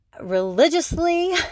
religiously